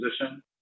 position